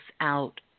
out